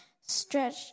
stretch